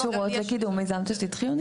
לא, "הקשורות לקידום מיזם תשתית חיוני".